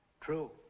True